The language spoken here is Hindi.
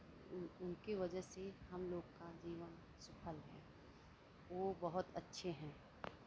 उन उनकी वजह से हमलोग का जीवन सफल है वो बहुत अच्छे हैं